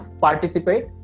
participate